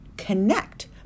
Connect